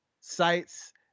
sites